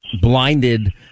blinded